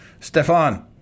Stefan